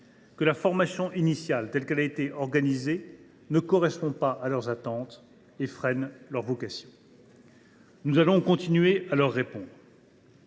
que la formation initiale, telle qu’elle est organisée, ne correspond pas à leurs attentes et freine leur vocation. « Nous continuerons à leur répondre.